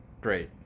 Great